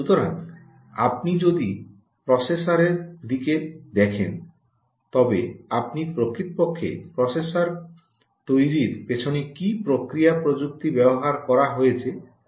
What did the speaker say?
সুতরাং আপনি যদি এখন প্রসেসরের দিকে দেখেন তবে আপনি প্রকৃতপক্ষে প্রসেসরের তৈরির পিছনে কী প্রক্রিয়া প্রযুক্তিটি ব্যবহার করা হয়েছে তা জানতে পারবেন